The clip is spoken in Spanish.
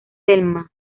selma